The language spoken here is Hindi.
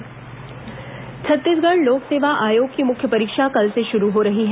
हाईकोर्ट पीएससी छत्तीसगढ़ लोक सेवा आयोग की मुख्य परीक्षा कल से शुरू हो रही है